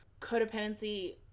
codependency